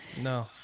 No